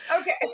Okay